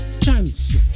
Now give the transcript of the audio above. Chance